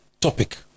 topic